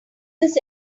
this